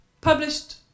published